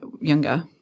younger